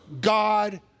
God